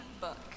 book